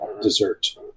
dessert